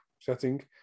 setting